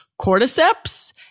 Cordyceps